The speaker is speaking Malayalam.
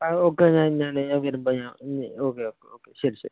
അത് ഒക്കെ ഞാൻ ഇന്ന് തന്നെ വരുമ്പോൾ ഞാൻ ഇന്ന് ഓക്കെ ഓക്കെ ഓക്കെ ശരി ശരി